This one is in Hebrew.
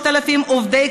זה 1,000 שקלים,